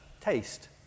taste